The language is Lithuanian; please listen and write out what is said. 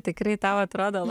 tikrai tau atrodo